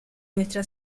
nuestra